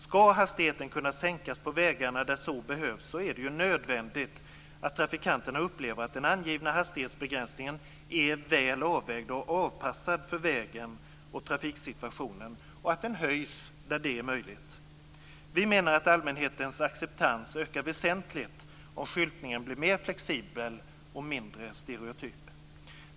Skall hastigheten kunna sänkas på vägarna, där så behövs, är det nödvändigt att trafikanterna upplever att den angivna hastighetsbegränsningen är väl avvägd och avpassad för vägen och trafiksituationen och att den höjs när det är möjligt. Vi menar att allmänhetens acceptans ökar väsentligt om skyltningen blir mer flexibel och mindre stereotyp.